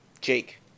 Jake